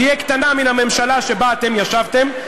תהיה קטנה מן הממשלה שבה אתם ישבתם.